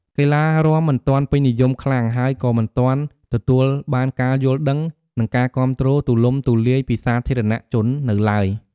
កីឡារាំមិនទាន់ពេញនិយមខ្លាំង ហើយក៏មិនទាន់ទទួលបានការយល់ដឹង និងការគាំទ្រទូលំទូលាយពីសាធារណជននៅឡើយ។